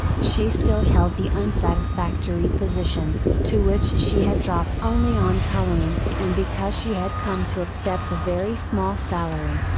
she still held the unsatisfactory position, to which she had dropped only on tolerance and because she had come to accept a very small salary,